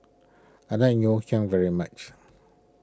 I like Ngoh Hiang very much